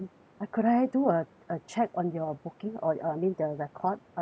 I could I do a a check on your booking or or I mean the record uh